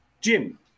Jim